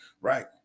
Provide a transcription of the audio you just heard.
Right